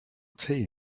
tea